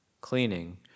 cleaning